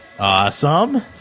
Awesome